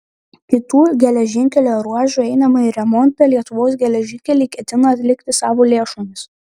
kitų geležinkelio ruožų einamąjį remontą lietuvos geležinkeliai ketina atlikti savo lėšomis